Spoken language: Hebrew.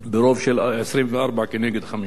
ברוב של 24 כנגד חמישה.